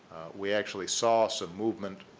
we actually saw some movement